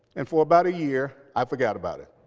and for about a year, i forgot about it.